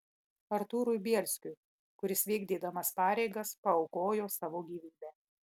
artūrui bielskiui kuris vykdydamas pareigas paaukojo savo gyvybę